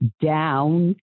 down